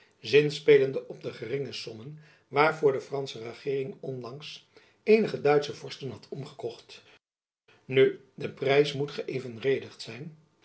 zinspelende op de geringe sommen waarvoor de fransche regeering onlangs eenige duitsche vorsten had omgekocht nu de prijs moet geëvenredigd zijn